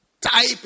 type